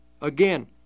Again